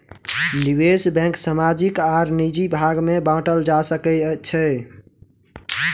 निवेश बैंक सामाजिक आर निजी भाग में बाटल जा सकै छै